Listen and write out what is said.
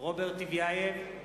רוברט טיבייב,